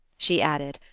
she added,